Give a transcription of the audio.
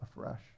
afresh